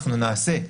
אנחנו נעשה.